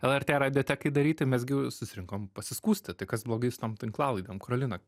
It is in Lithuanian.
lrt radiotekai daryti mes gi susirinkom pasiskųsti tai kas blogai su tom tinklalaidėm karolina